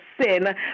sin